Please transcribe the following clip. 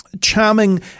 charming